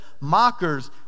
mockers